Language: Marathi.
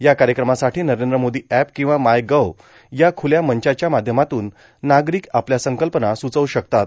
या कार्यक्रमासाठी नरेंद्र मोदी एप किंवा मायगव्ह या ख्रल्या मंचाच्या माध्यमातून नागरिक आपल्या संकल्पना सूचवू शकतात